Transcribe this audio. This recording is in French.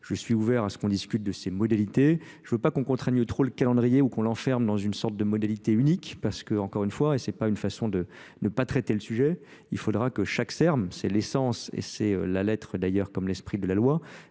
raison que M. le Ra rapporteur. Sur le fond, je veux pas qu'on contraigne trop le calendrier ou qu'on l'enferme dans une sorte de modalité unique parce que encore une fois et ce n'est pas une façon de ne pas traiter le sujet, il faudra que chaque terme, c'est l'essence et c'est la lettre d'ailleurs comme l'esprit de la loi